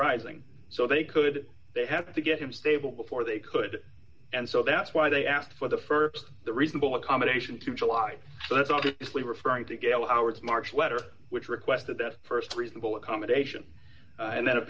rising so they could they have to get him stable before they could and so that's why they asked for the for the reasonable accommodation to july so that's obviously referring to gail howard's march letter which requested that st reasonable accommodation and th